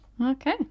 Okay